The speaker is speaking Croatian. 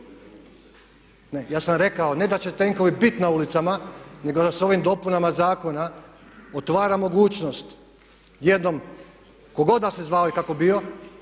Ne, ja sam rekao ne da će tenkovi bit na ulicama, nego da sa ovim dopunama zakona otvara mogućnost jednom tko god da se zvao i kako bio